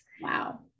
Wow